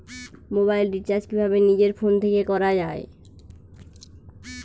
Mobile recharge কিভাবে নিজের phone থেকে করা য়ায়?